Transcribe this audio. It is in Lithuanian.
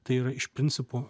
tai yra iš principo